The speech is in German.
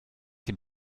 dem